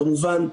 כמובן,